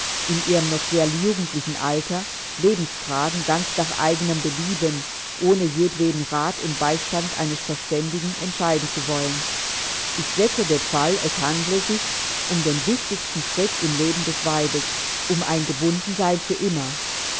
in ihrem noch sehr jugendlichen alter lebensfragen ganz nach eigenem belieben ohne jedweden rat und beistand eines verständigen entscheiden zu wollen ich setze den fall es handle sich um den wichtigsten schritt im leben des weibes um ein gebundensein für immer